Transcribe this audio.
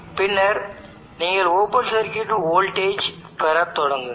பின்னர் நீங்கள் open circuit voltage பெறத் தொடங்குங்கள்